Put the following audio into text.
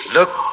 Look